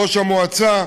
ראש המועצה,